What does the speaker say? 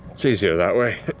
it's easier that way.